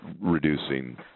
Reducing